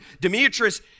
Demetrius